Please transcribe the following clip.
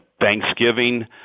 Thanksgiving